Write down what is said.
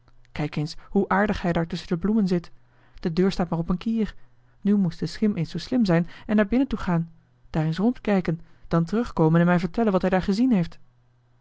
kijk eens hoe aardig hij daar tusschen de bloemen zit de deur staat maar op een kier nu moest de schim eens zoo slim zijn en naar binnen toe gaan daar eens rondkijken dan terugkomen en mij vertellen wat hij daar gezien heeft